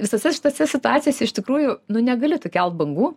visose šitose situacijose iš tikrųjų nu negali tu kelt bangų